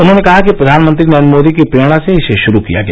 उन्होंने कहा कि प्रधानमंत्री नरेंद्र मोदी की प्रेरणा से इसे शुरू किया गया